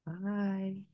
Bye